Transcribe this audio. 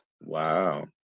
Wow